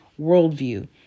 worldview